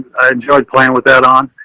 i enjoyed playing with that on